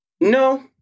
No